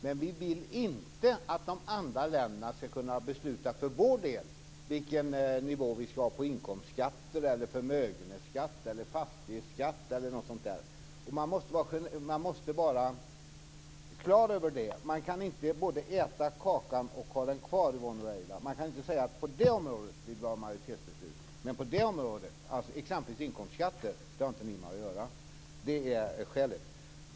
Men vi vill inte att de andra länderna ska kunna besluta om vilken nivå vi ska ha på inkomstskatter, förmögenhetsskatter eller fastighetsskatter. Man måste vara klar över det. Man kan inte både äta kakan och ha den kvar, Yvonne Ruwaida. Vi kan inte säga att vi vill ha majoritetsbeslut på det området, men t.ex. inkomstskatterna har inte de andra länderna med att göra. Det är skälet.